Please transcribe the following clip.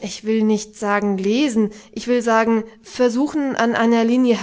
ich will nicht sagen lesen ich will sagen versuchen an einer linie